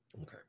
Okay